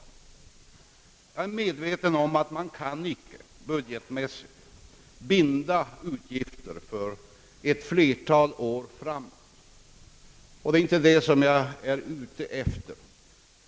Jag är medveten om att man inte budgetmässigt kan binda utgifter för ett flertal år framåt, och det är inte heller det som jag är ute efter.